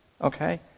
Okay